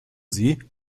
sie